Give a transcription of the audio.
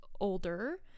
older